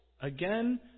Again